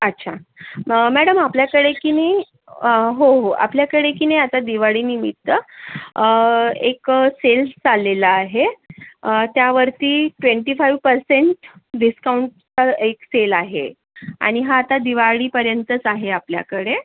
अच्छा मॅडम आपल्याकडे की नाही हो हो आपल्याकडे की नाही आता दिवाळीनिमित्त एक सेल्स चाललेला आहे त्यावरती ट्वेंटी फाईव्ह पर्सेंट डिस्काउंटचा एक सेल आहे आणि हा आता दिवाळीपर्यंतच आहे आपल्याकडे